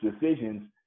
decisions